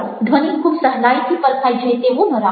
ધ્વનિ ખૂબ સહેલાઇથી પરખાઈ જાય તેવો ન રાખો